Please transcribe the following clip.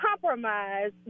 compromise